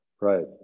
Right